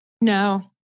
No